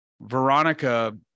Veronica